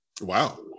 Wow